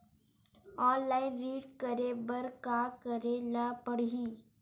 Online ऋण करे बर का करे ल पड़हि?